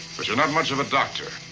but you're not much of a doctor,